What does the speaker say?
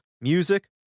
music